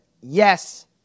yes